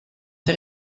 ses